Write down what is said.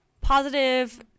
positive